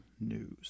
news